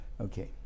Okay